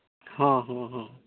ᱦᱮᱸ ᱦᱮᱸ ᱦᱮᱸ